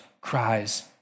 cries